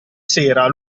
sera